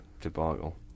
debacle